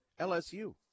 LSU